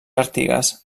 artigas